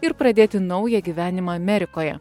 ir pradėti naują gyvenimą amerikoje